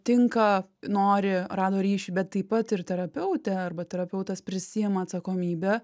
tinka nori rado ryšį bet taip pat ir terapeutė arba terapeutas prisiima atsakomybę